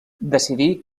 decidí